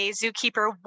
zookeeper